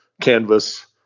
canvas